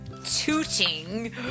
tooting